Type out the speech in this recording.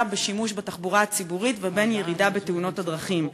בשימוש בתחבורה הציבורית ובין ירידה בתאונות הדרכים.